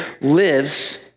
lives